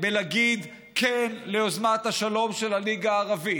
בלהגיד "כן" ליוזמת השלום של הליגה הערבית,